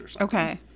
Okay